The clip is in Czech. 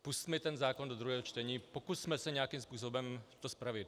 Pusťme ten zákon do druhého čtení a pokusme se to nějakým způsobem spravit.